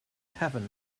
heaven